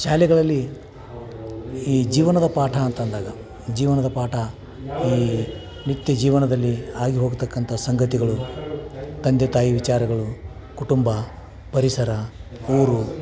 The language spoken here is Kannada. ಶಾಲೆಗಳಲ್ಲಿ ಈ ಜೀವನದ ಪಾಠ ಅಂತಂದಾಗ ಜೀವನದ ಪಾಠ ಈ ನಿತ್ಯ ಜೀವನದಲ್ಲಿ ಆಗಿ ಹೋಗತಕ್ಕಂಥ ಸಂಗತಿಗಳು ತಂದೆ ತಾಯಿ ವಿಚಾರಗಳು ಕುಟುಂಬ ಪರಿಸರ ಊರು